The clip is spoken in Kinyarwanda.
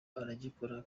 aragikora